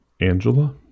Angela